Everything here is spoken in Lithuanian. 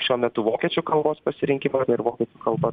šiuo metu vokiečių kalbos pasirinkimo ir vokiečių kalba